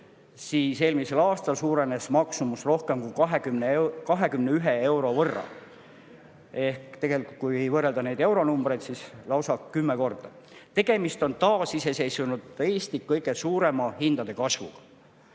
siis eelmisel aastal suurenes maksumus rohkem kui 21 euro võrra ehk tegelikult, kui võrrelda neid euronumbreid, siis lausa 10 korda. Tegemist on taasiseseisvunud Eesti kõige suurema hinnakasvuga.